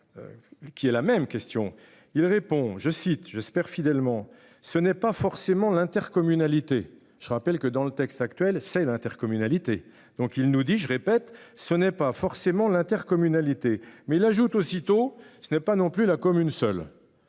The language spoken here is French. Qui est la même question, il répond, je cite, j'espère fidèlement ce n'est pas forcément l'intercommunalité. Je rappelle que dans le texte actuel, c'est l'intercommunalité. Donc il nous dit je répète ce n'est pas forcément l'intercommunalité mais il ajoute aussitôt, ce n'est pas non plus la commune seul.